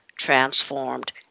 transformed